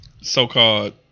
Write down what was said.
so-called